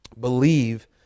believe